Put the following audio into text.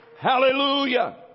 Hallelujah